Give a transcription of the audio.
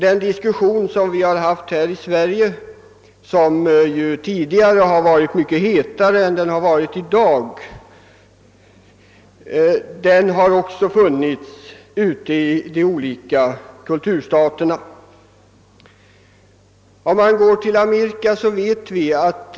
Den diskussion vi har haft här i Sverige och som tidigare varit mycket hetare än den varit i dag har också förts i de olika kulturstaterna och lett till olika resultat. I Norge t.ex. ingår skolornas kristendomsundervisning som en del av kyrkans dopundervisning. I Amerika är det helt annorlunda.